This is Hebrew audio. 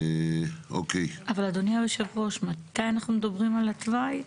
אבל אדוני היושב-ראש מתי אנחנו מדברים על התוואי?